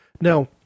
Now